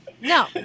No